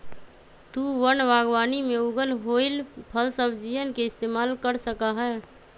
तु वन बागवानी में उगल होईल फलसब्जियन के इस्तेमाल कर सका हीं